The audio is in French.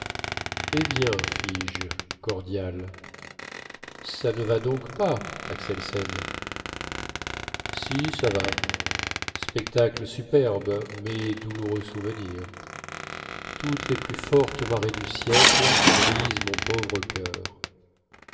eh bien fis-je cordial ça ne va donc pas axelsen si ça va spectacle superbe mais douloureux souvenir toutes les plus fortes marées du siècle brisent mon pauvre coeur